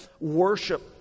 worship